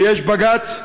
ויש בג"ץ,